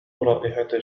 رائحة